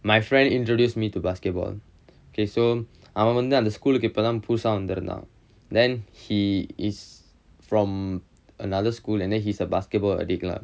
my friend introduced me to basketball okay so அவன் வந்து அந்த:avan vanthu antha school இப்பதான் புதுசா வந்திருந்தான்:ippathaan puthusaa vanthirunthaan then he is from another school and then he's a basketball addict lah